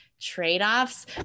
trade-offs